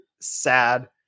sad